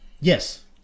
Yes